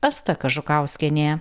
asta kažukauskienė